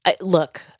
look